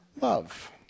love